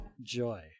joy